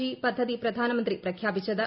G പദ്ധതി പ്രധാനമന്ത്രി പ്രഖ്യാപിച്ചത്